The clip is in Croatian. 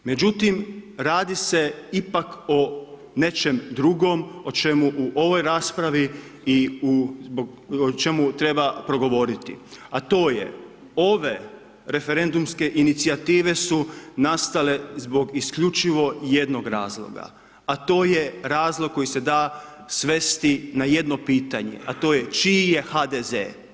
Međutim radi se ipak o nečemu drugom u čemu u ovoj raspravi i u čemu treba progovoriti a to je ove referendumske inicijative su nastale zbog isključivo jednog razloga a to je razlog koji se da svesti na jedno pitanje a to je čiji je HDZ.